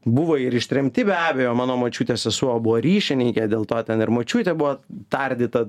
buvo ir ištremti be abejo mano močiutės sesuo buvo ryšininkė dėl to ten ir močiutė buvo tardyta